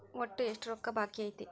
ಒಟ್ಟು ಎಷ್ಟು ರೊಕ್ಕ ಬಾಕಿ ಐತಿ?